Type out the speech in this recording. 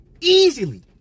Easily